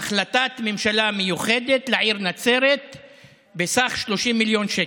החלטת ממשלה מיוחדת לעיר נצרת בסך 30 מיליון שקל.